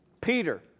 Peter